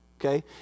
okay